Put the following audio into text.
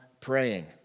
praying